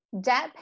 debt